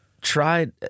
tried